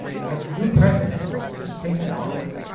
we have a new president who's just taken office,